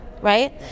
right